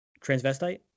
transvestite